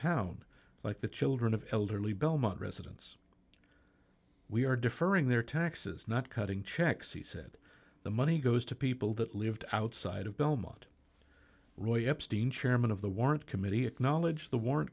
town like the children of elderly belmont residents we are deferring their taxes not cutting checks he said the money goes to people that lived outside of belmont roy epstein chairman of the warrant committee acknowledged the warrant